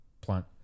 plant